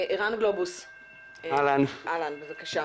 ערן גלובוס, בבקשה.